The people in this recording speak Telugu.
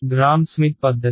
గ్రామ్ స్మిత్ పద్ధతి